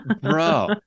Bro